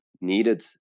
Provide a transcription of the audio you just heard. needed